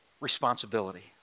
responsibility